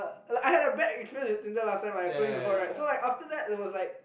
like I had a bad experience with Tinder last time right I told you before right so after that is like